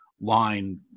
line